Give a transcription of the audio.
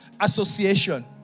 Association